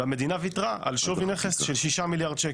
והמדינה ויתרה על שווי נכס של 6 מיליארד שקלים.